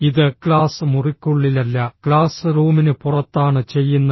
ഇത് ക്ലാസ് മുറിക്കുള്ളിലല്ല ക്ലാസ് റൂമിനു പുറത്താണ് ചെയ്യുന്നത്